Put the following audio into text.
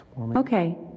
Okay